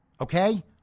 Okay